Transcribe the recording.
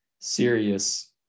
serious